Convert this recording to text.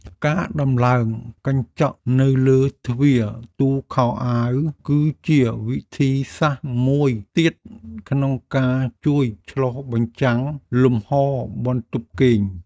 ការដំឡើងកញ្ចក់នៅលើទ្វារទូខោអាវគឺជាវិធីសាស្ត្រមួយទៀតក្នុងការជួយឆ្លុះបញ្ចាំងលំហរបន្ទប់គេង។